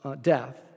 death